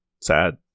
sad